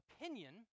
opinion